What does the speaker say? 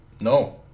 No